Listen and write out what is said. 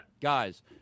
guys